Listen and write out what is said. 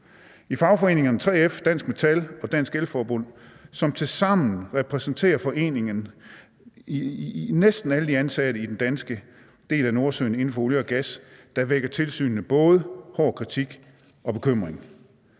I fagforeningerne 3F, Dansk Metal og Dansk El-Forbund, som tilsammen repræsenterer foreningen af næsten alle de danske ansatte i den danske del af Nordsøen inden for olie- og gasproduktion, vækker tilsynene både hård kritik og bekymring.